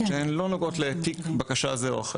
שהן לא נוגעות לתיק בקשה כזה או אחר.